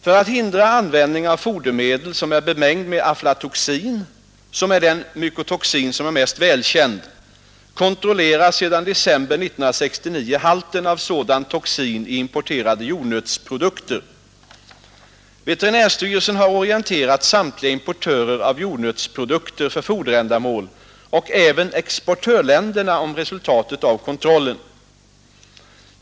För att hindra användning av fodermedel som är bemängd med aflatoxin — som är den mycotoxin som är mest välkänd — kontrolleras sedan december 1969 halten av sådan toxin i importerade jordnötsprodukter. Veterinärstyrelsen har orienterat samtliga importörer av jordnötsprodukter för foderändamål och även exportörländerna om resultaten av kontrollen.